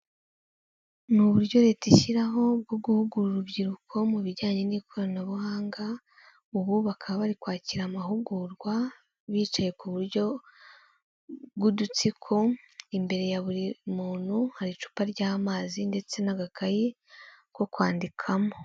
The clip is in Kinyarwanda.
Ni uburyo Leta ishyiraho bwo guhugura urubyiruko mu bijyanye n'ikoranabuhanga, ubu bakaba bari kwakira amahugurwa bicaye ku buryo bw'udutsiko, imbere ya buri muntu hari icupa ry'amazi ndetse n'agakayi ko kwandikamo.